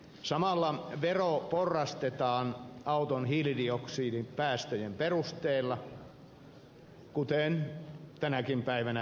samalla vero porrastetaan auton hiilidioksidipäästöjen perusteella kuten tänäkin päivänä henkilöautojen osalta